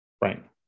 Right